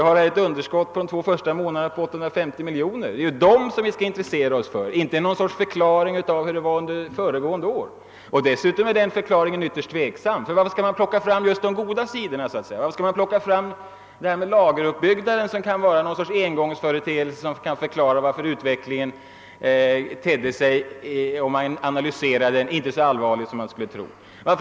Det är underskottet på 850 miljoner kronor för de två första månaderna som vi skall intressera oss för, inte för någon sorts förklaring av hur det var föregående år. Dessutom är denna förklaring ytterst tvivelaktig. Varför skall man plocka fram just de goda sidorna, så att säga? Varför skall man plocka fram det där med lageruppbyggnaden, som kan vara en engångsföreteelse som kan förklara varför utvecklingen, om man analyserar den, inte tedde sig så allvarlig som man skulle kunna tro?